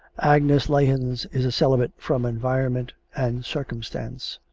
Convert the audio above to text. agnes lahens is a celibate from environment and circumstance.